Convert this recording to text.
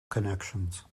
connections